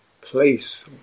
place